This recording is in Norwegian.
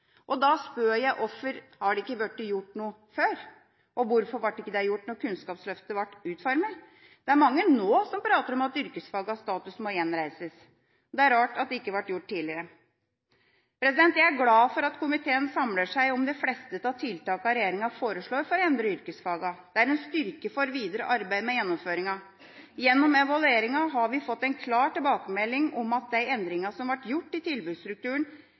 Og da spør jeg hvorfor det ikke er blitt gjort noe før. Og hvorfor ble det ikke gjort da Kunnskapsløftet ble utformet? Det er mange nå som prater om at yrkesfagenes status må gjenreises. Det er rart det ikke ble gjort tidligere. Jeg er glad for at komiteen samler seg om de fleste av tiltakene regjeringa foreslår for å endre yrkesfagene. Det er en styrke for videre arbeid med gjennomføringen. Gjennom evalueringen har vi fått en klar tilbakemelding om at de endringene som ble gjort i tilbudsstrukturen,